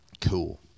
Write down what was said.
Cool